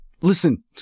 listen